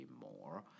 more